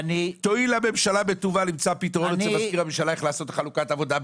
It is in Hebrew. תואיל בטובה הממשלה למצוא פתרון איך לעשות את חלוקת עבודה ביניהם,